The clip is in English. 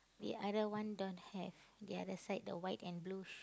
the other one don't have the other side the white and blue sh~